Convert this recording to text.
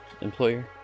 employer